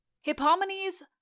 Hippomenes